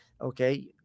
okay